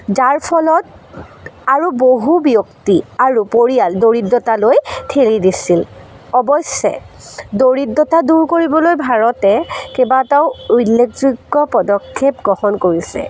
যাৰ ফলত আৰু বহু ব্যক্তি আৰু পৰিয়াল দৰিদ্ৰতালৈ ঠেলি দিছিল অৱশ্যে দৰিদ্ৰতা দূৰ কৰিবলৈ ভাৰতে কেইবাটাও উল্লেখযোগ্য পদক্ষেপ গ্ৰহণ কৰিছে